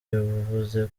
yavuze